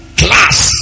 class